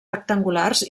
rectangulars